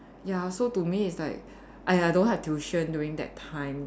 ya so to me it's like I don't have tuition during that time